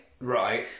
Right